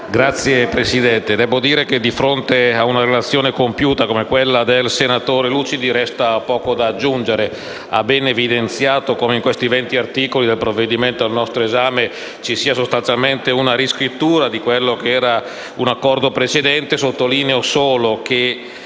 Signora Presidente, debbo dire che, di fronte ad una relazione compiuta come quella del senatore Lucidi, resta poco da aggiungere. Egli ha ben evidenziato come nei 20 articoli del provvedimento al nostro esame ci sia sostanzialmente una riscrittura di un Accordo precedente. Sottolineo solo che